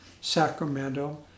Sacramento